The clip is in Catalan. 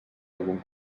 algun